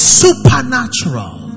supernatural